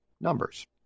numbers